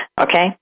Okay